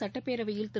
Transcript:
சுட்டப்பேரவையில் திரு